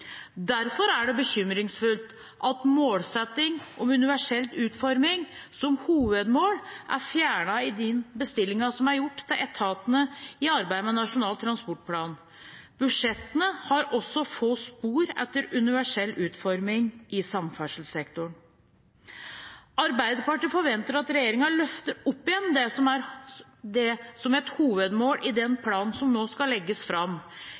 Derfor er det bekymringsfullt at målsettingen om universell utforming som hovedmål er fjernet i den bestillingen som er gjort til etatene i arbeidet med Nasjonal transportplan. Budsjettene har også få spor etter universell utforming i samferdselssektoren. Arbeiderpartiet forventer at regjeringen løfter opp igjen det som et hovedmål i den planen som nå skal legges fram.